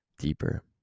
deeper